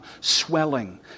swelling